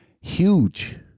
Huge